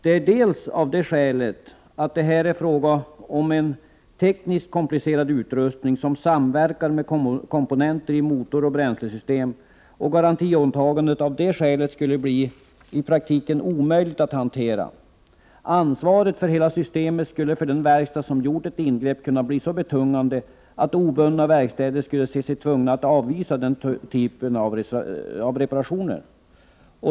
Ett skäl är att det här är fråga om en tekniskt komplicerad utrustning, som samverkar med komponenter i motoroch bränslesystem. Garantiåtagandet skulle av det skälet i praktiken bli omöjligt att hantera. Ansvaret för hela systemet skulle för den verkstad som gjort ett ingrepp kunna bli så betungande, att obundna verkstäder skulle se sig tvungna att avvisa den typen av reparationer.